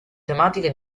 tematiche